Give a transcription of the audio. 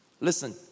Listen